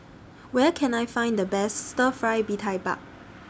Where Can I Find The Best Stir Fry Mee Tai Mak